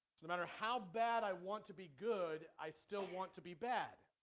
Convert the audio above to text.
to to matter how bad i want to be good i still want to be bad